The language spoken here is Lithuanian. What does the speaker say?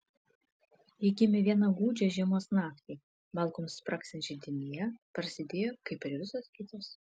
ji gimė vieną gūdžią žiemos naktį malkoms spragsint židinyje prasidėjo kaip ir visos kitos